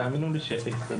תאמינו לי שההסתדרות,